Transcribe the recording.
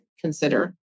consider